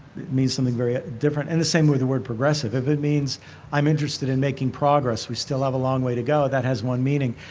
means something very different. and the same with the word progressive. if it means i'm interested in making progress, we still have a long way to go, that has one meaning.